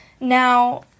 Now